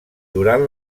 durant